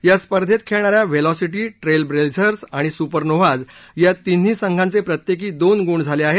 या स्पर्धेत खेळणाऱ्या व्हेलॉसिटी ट्रेलब्लेझर्स आणि सुपरनोव्हाज या तिन्ही संघांचे प्रत्येकी दोन गुण झाले आहेत